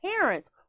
parents